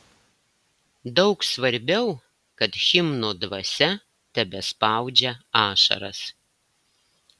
daug svarbiau kad himno dvasia tebespaudžia ašaras